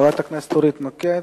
חברת הכנסת אורית נוקד.